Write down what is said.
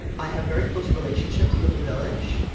i have very close relationships with the village.